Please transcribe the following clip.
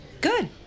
Good